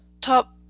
top